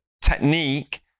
technique